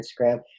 instagram